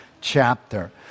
chapter